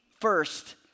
first